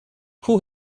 who